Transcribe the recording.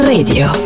Radio